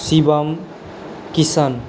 Shivam Kishan